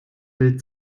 bild